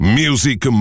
music